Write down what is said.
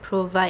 provide